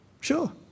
Sure